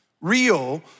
real